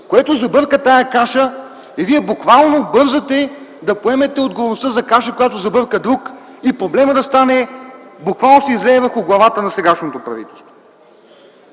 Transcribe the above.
което забърка тая каша. И вие буквално бързате да поемете отговорността за каша, която забърка друг, и проблемът буквално да се излее върху главата на сегашното правителство.